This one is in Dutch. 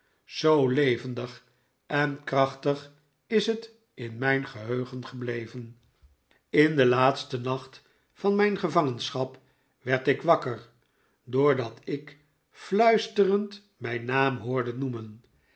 zoo levendig en krachtig is het in mijn geheugen gebleven in den laatsten nacht van mijn gevangenschap werd ik wakker doordat ik fluisterend mijn naam hoorde noemen